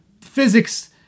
physics